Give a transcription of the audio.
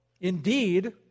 ...indeed